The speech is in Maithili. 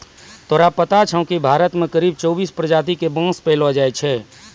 तोरा पता छौं कि भारत मॅ करीब चौबीस प्रजाति के बांस पैलो जाय छै